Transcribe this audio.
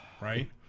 right